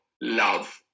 love